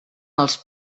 els